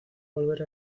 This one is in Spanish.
volver